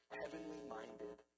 heavenly-minded